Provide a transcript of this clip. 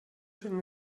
schon